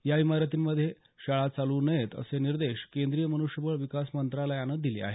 या इमारतींमध्ये शाळा चालवू नसेत असे निर्देश केंद्रीय मनुष्यबळ विकास मंत्रालयानं दिले आहेत